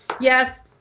yes